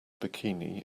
bikini